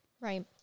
right